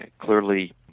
Clearly